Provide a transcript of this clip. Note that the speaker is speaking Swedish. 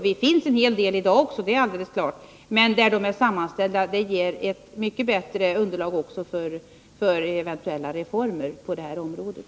Det finns ett visst underlag i dag också — det är helt klart — men en fullständig sammanställning ger ett mycket bättre underlag även för eventuella reformer på det här området.